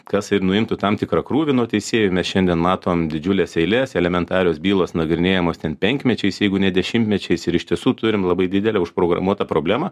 kas ir nuimtų tam tikrą krūvį nuo teisėjų mes šiandien matom didžiulės eilės elementarios bylos nagrinėjamos ten penkmečiais jeigu ne dešimtmečiais ir iš tiesų turim labai didelę užprogramuotą problemą